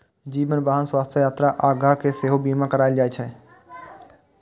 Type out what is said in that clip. जीवन, वाहन, स्वास्थ्य, यात्रा आ घर के सेहो बीमा कराएल जाइ छै